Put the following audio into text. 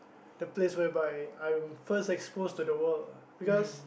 the place where by I'm first expose to the whole because